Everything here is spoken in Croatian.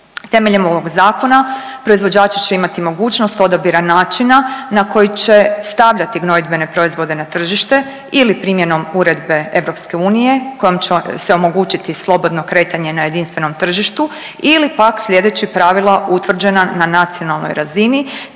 Temeljem ovog zakona proizvođači će imati mogućnost odabira načina na koji će stavljati gnojidbene proizvode na tržište ili primjenom Uredbe EU kojom će se omogućiti slobodno kretanje na jedinstvenom tržištu ili pak slijedeći pravila utvrđena na nacionalnoj razini,